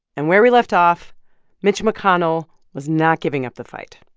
and where we left off mitch mcconnell was not giving up the fight.